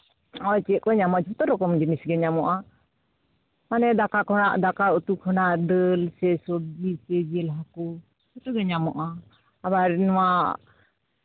ᱟᱨ ᱪᱮᱫ ᱠᱚ ᱧᱟᱢᱚᱜᱼᱟ ᱡᱷᱚᱛᱚ ᱨᱚᱠᱚᱢ ᱜᱮ ᱡᱤᱱᱤᱥ ᱜᱮ ᱧᱟᱢᱚᱜᱼᱟ ᱢᱟᱱᱮ ᱫᱟᱠᱟ ᱠᱷᱚᱱᱟᱜ ᱫᱟᱠᱟ ᱩᱛᱩ ᱠᱷᱚᱱᱟᱜ ᱫᱟᱹᱞ ᱥᱮ ᱥᱚᱵᱽᱡᱤ ᱠᱚ ᱡᱤᱞ ᱦᱟᱹᱠᱩ ᱡᱚᱛᱚᱜᱮ ᱧᱟᱢᱚᱜᱼᱟ ᱟᱵᱟᱨ ᱱᱚᱣᱟ